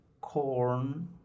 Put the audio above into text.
corn